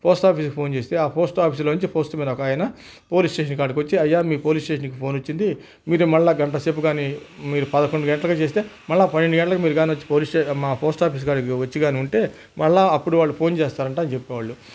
post ఆఫీస్కి phone చేస్తే ఆ పోస్ట్ ఆఫీసులో నుంచి పోస్ట్ మ్యాన్ ఒక ఆయన పోలీస్ స్టేషన్ కాడికి వచ్చి అయ్యా మీ పోలీస్ స్టేషన్కి ఫోన్ వచ్చింది మీరు మరల గంటసేపు కానీ మీరు పదకొండు గంటలకి చేస్తే మరల పన్నెండు గంటలకి మీరు కానీ వచ్చి పోలీస్ స్టేషన్ని మా పోస్ట్ ఆఫీస్ కాడకు కానీ వచ్చి ఉంటే మరల అప్పుడు వాళ్ళు ఫోన్ చేస్తారంట అని చెప్పే వాళ్ళు